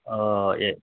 ए